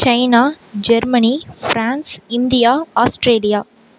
China Germany France India Australia